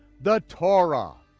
the torah.